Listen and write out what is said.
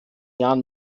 jahren